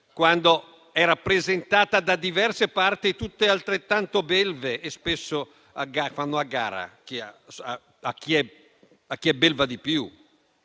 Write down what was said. quando è rappresentata da diverse parti, tutte altrettanto belve che spesso fanno a gara a chi lo è di più.